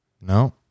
No